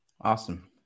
Awesome